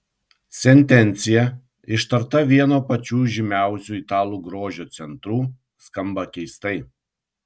sentencija ištarta vieno pačių žymiausių italų grožio centrų skamba keistai